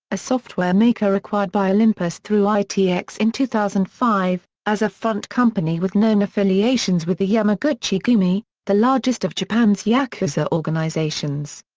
a software maker acquired by olympus through itx in two thousand and five, as a front company with known affiliations with the yamaguchi gumi, the largest of japan's yakuza organizations.